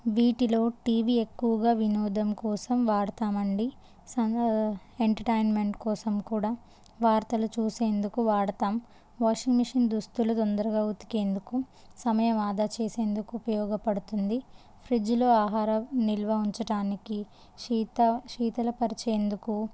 వీటిలో టీవీ ఎక్కువగా వినోదం కోసం వాడతాము అండి స ఎంటర్టైన్మెంట్ కోసం కూడా వార్తలు చూసేందుకు వాడతాము వాషింగ్ మిషన్ దుస్తులు తొందరగా ఉతికేందుకు సమయం ఆదా చేసేందుకు ఉపయోగపడుతుంది ఫ్రిడ్జ్లో ఆహార నిలవ ఉంచటానికి శీత శీతలపరిచేందుకు